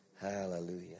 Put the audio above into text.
Hallelujah